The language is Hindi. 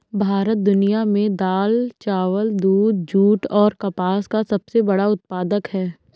भारत दुनिया में दाल, चावल, दूध, जूट और कपास का सबसे बड़ा उत्पादक है